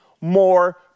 more